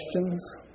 questions